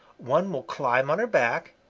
one will climb on her back,